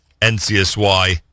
NCSY